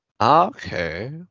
Okay